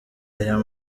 ayo